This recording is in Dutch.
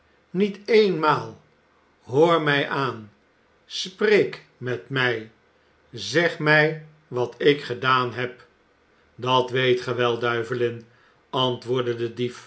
niet eenmaal hoor mij aan spreek met mij zeg mij wat ik gedaan heb dat weet ge wel duivelin antwoordde de dief